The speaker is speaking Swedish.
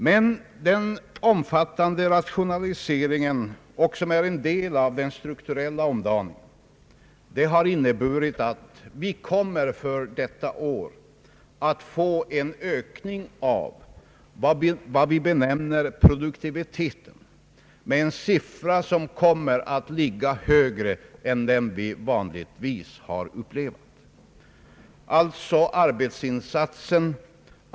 Men den omfattande rationaliseringen, som är en del av den strukturella omdaningen, har inneburit att vi för detta år kommer att få en ökning i vad vi benämner produktivitet som är högre än den vanliga.